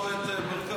נמצא פה ברקת.